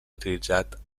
utilitzat